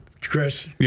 Chris